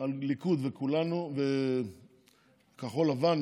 על הליכוד ועל כחול לבן,